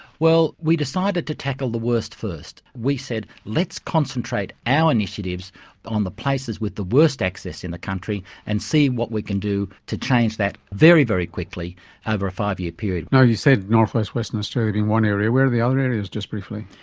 well, we decided to tackle the worst first. we said let's concentrate our initiatives on the places with the worst access in the country and see what we can do to change that very, very quickly over a five-year period. and you said north-west western australia being one area. where are the other areas, just briefly?